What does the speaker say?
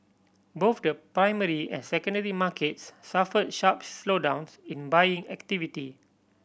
both the primary and secondary markets suffered sharps slowdowns in buying activity